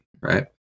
right